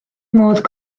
modd